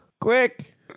Quick